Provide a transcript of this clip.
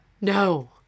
No